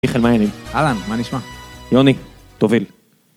מיכל מאירי, אהלן, מה נשמע? יוני, תוביל.